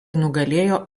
nugalėjo